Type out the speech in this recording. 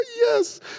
Yes